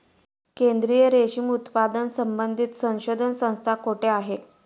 केंद्रीय रेशीम उत्पादन संबंधित संशोधन संस्था कोठे आहे?